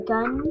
Gun